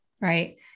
right